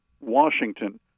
Washington